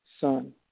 Son